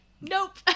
nope